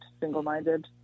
Single-minded